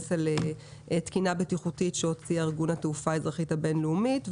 להתבסס על תקינה בטיחותית שהוציא ארגון התעופה האזרחית הבין-לאומית.